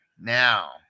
Now